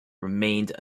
remained